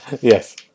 Yes